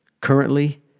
Currently